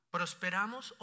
Prosperamos